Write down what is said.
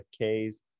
K's